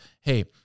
hey